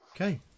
Okay